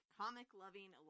comic-loving